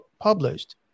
published